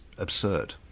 absurd